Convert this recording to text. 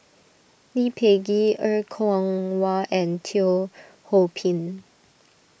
Lee Peh Gee Er Kwong Wah and Teo Ho Pin